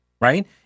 right